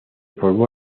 formó